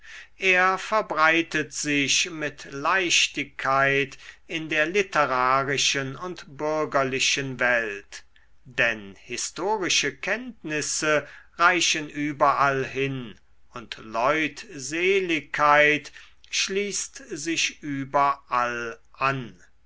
er verbreitet sich mit leichtigkeit in der literarischen und bürgerlichen welt denn historische kenntnisse reichen überall hin und leutseligkeit schließt sich überall an